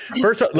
first